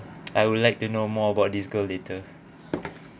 I would like to know more about this girl later